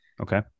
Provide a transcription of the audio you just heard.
okay